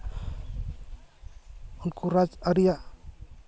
ᱩᱱᱠᱩ ᱨᱟᱡᱽ ᱟᱹᱨᱤᱭᱟᱜ